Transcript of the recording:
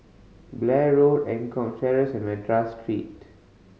Blair Road Eng Kong Terrace and Madras Street